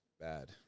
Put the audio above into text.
Bad